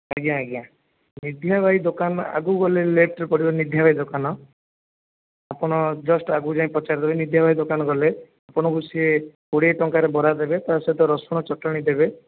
ଆଜ୍ଞା ଆଜ୍ଞା ନିଧିଆ ଭାଇ ଦୋକାନ ଆଗକୁ ଗଲେ ଲେପ୍ଟ୍ରେ ପଡ଼ିବ ନିଧିଆଭାଇ ଦୋକାନ ଆପଣ ଜଷ୍ଟ୍ ଆଗକୁ ପଚାରିଦେବେ ନିଧିଆ ଭାଇ ଦୋକାନ ଗଲେ ଆପଣଙ୍କୁ ସେ କୋଡ଼ିଏ ଟଙ୍କାରେ ବରା ଦେବେ ତା ସହିତ ରସୁଣ ଚଟଣି ଦେବେ